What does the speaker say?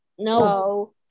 No